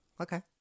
Okay